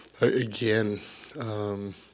again –